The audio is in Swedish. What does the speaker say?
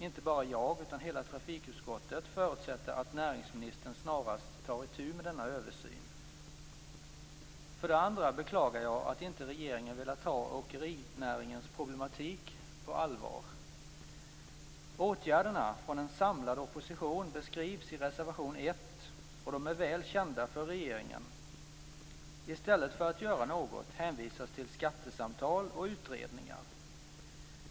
Inte bara jag, utan hela trafikutskottet förutsätter att näringsministern snarast tar itu med denna översyn. För det andra beklagar jag att inte regeringen velat ta åkerinäringens problematik på allvar. Åtgärderna från en samlad opposition beskrivs i reservation 1, och de är väl kända för regeringen. I stället för att göra något hänvisas till skattesamtal och utredningar.